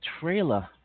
trailer